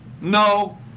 No